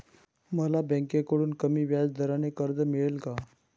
मला बँकेकडून कमी व्याजदराचे कर्ज मिळेल का?